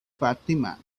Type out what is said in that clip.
fatima